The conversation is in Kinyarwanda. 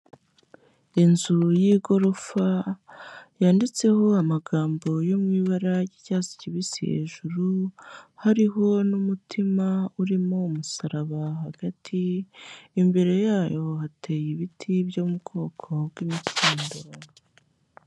Inzu y'igorofa yanditseho amagambo yo mu ibara ry'icyatsi kibisi hejuru, hariho n'umutima urimo umusaraba hagati, imbere yayo hateye ibiti byo mu bwoko bw'imikindo.